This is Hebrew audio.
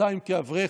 שנתיים כאברך,